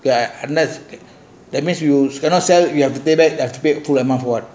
so I unless that means you cannot sell you stay back